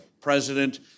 President